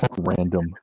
random